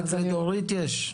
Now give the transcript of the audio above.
רק לדורית יש?